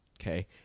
Okay